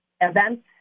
events